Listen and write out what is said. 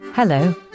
Hello